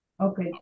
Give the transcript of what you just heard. Okay